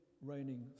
reigning